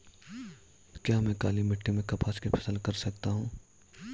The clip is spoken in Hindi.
क्या मैं काली मिट्टी में कपास की फसल कर सकता हूँ?